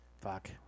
Fuck